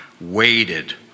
waited